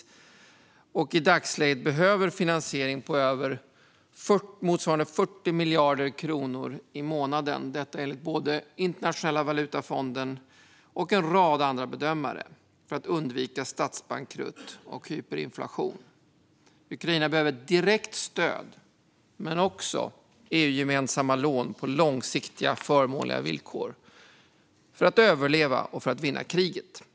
Ukraina behöver i dagsläget finansiering på motsvarande 40 miljarder kronor i månaden för att undvika statsbankrutt och hyperinflation, detta enligt både Internationella valutafonden och en rad andra bedömare. Ukraina behöver direkt stöd och även EU-gemensamma lån på långsiktiga, förmånliga villkor för att överleva och vinna kriget.